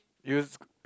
years